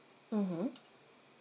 mmhmm